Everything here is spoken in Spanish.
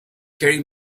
kerry